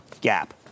Gap